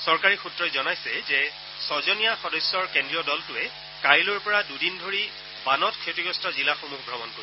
চৰকাৰী সূত্ৰই জনাইছে যে ছজনীয়া সদস্যৰ কেন্দ্ৰীয় দলটোৱে কাইলৈৰ পৰা দুদিন ধৰি বানত ক্ষতিগ্ৰস্ত জিলাসমূহ ত্ৰমণ কৰিব